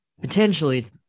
potentially